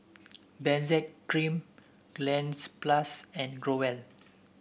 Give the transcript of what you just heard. Benzac Cream Cleanz Plus and Growell